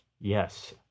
Yes